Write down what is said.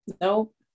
Nope